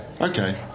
okay